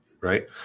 Right